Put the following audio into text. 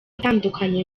atandukanye